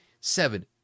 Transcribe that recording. seven